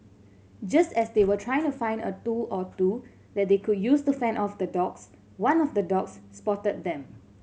just as they were trying to find a tool or two that they could use to fend off the dogs one of the dogs spotted them